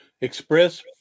express